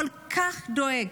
הוא כל כך דואג,